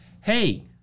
hey